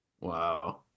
Wow